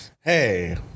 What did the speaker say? hey